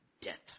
death